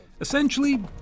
essentially